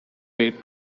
way